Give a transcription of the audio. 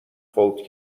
فوت